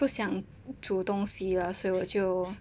不想煮东西了所以我就